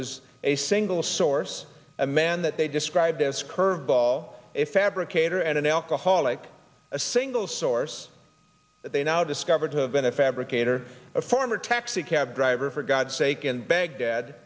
was a single source a man that they did scribe this curveball a fabricator and an alcoholic a single source that they now discovered to have been a fabricator a former taxi cab driver for god's sake in baghdad